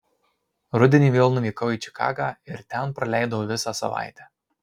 rudenį vėl nuvykau į čikagą ir ten praleidau visą savaitę